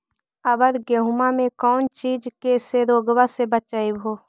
अबर गेहुमा मे कौन चीज के से रोग्बा के बचयभो?